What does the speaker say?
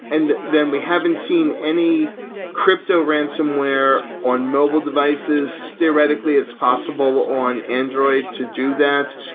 and then, we haven't seen any crypto ransomware on mobile devices. theoretically, it's possible on android to do that,